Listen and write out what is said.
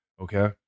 Okay